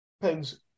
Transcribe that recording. Depends